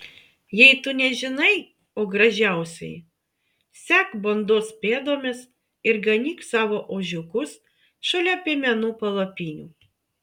jei tu nežinai o gražiausioji sek bandos pėdomis ir ganyk savo ožiukus šalia piemenų palapinių